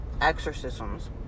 exorcisms